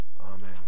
Amen